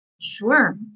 Sure